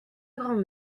grand